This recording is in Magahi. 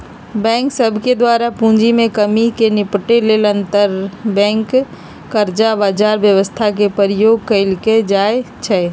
बैंक सभके द्वारा पूंजी में कम्मि से निपटे लेल अंतरबैंक कर्जा बजार व्यवस्था के प्रयोग कएल जाइ छइ